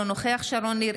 אינו נוכח שרון ניר,